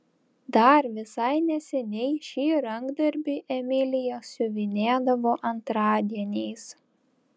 dar visai neseniai šį rankdarbį emilija siuvinėdavo antradieniais